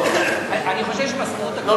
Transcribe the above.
לא,